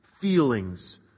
feelings